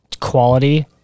quality